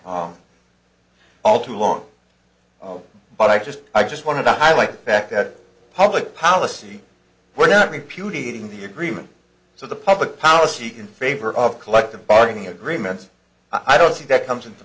ok all too long but i just i just wanted to highlight the fact that public policy we're not repudiating the agreement so the public policy in favor of collective bargaining agreements i don't see that comes into